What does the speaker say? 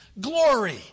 glory